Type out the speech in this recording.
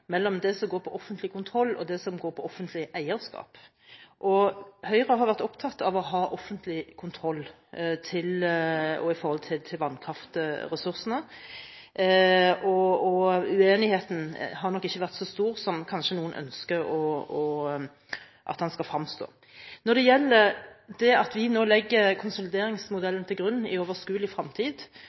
går på offentlig kontroll og det som går på offentlig eierskap. Høyre har vært opptatt av å ha offentlig kontroll av vannkraftressursene. Uenigheten har nok ikke vært så stor som kanskje noen ønsker å fremstille det som. Når det gjelder det at vi nå legger konsolideringsmodellen til grunn i overskuelig